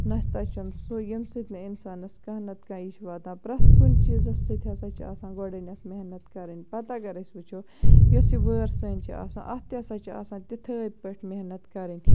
نَسا چھُنہٕ سُہ یمہِ سۭتۍ نہٕ اِنسانَس کانٛہہ نَتہٕ کانٛہہ یہِ چھ واتان پرٮ۪تھ کُنہِ چیٖزَس سۭتۍ ہَسا چھُ آسان گۄڈٕنیٚتھ محنت کَرٕنۍ پَتہٕ اَگَر أسۍ وٕچھو یۄس یہِ وٲر سٲنٛۍ چھِ آسان اتھ تہِ ہَسا چھِ آسان تِتھٲے پٲٹھۍ محنت کَرٕنۍ